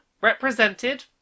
represented